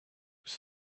was